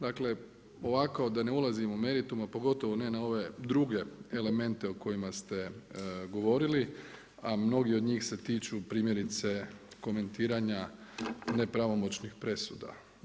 Dakle ovako da ne ulazim u meritum, a pogotovo ne na ove druge elemente o kojima ste govorili, a mnogi od njih se tiču primjerice komentiranja nepravomoćnih presuda.